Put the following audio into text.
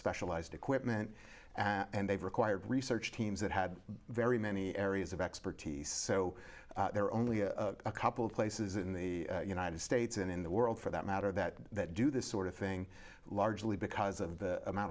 specialized equipment and they've required research teams that had very many areas of expertise so there are only a couple of places in the united states and in the world for that matter that that do this sort of thing largely because of the amount